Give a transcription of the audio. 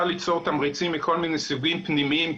ליצור תמריצים מכל מיני סוגים פנימיים,